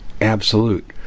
absolute